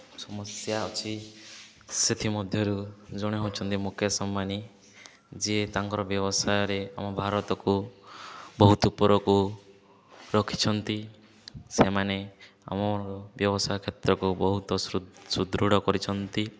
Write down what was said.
ସମସ୍ୟା ଅଛି ସେଥିମଧ୍ୟରୁ ଜଣେ ହଉଛନ୍ତି ମୁକେଶ ଅମ୍ବାନୀ ଯିଏ ତାଙ୍କର ବ୍ୟବସାୟରେ ଆମ ଭାରତକୁ ବହୁତ ଉପରକୁ ରଖିଛନ୍ତି ସେମାନେ ଆମ ବ୍ୟବସାୟ କ୍ଷେତ୍ରକୁ ବହୁତ ସୁଦୃଢ଼ କରିଛନ୍ତି